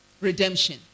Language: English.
Redemption